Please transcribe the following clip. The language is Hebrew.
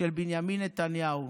של בנימין נתניהו